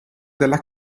della